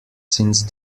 since